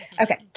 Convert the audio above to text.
Okay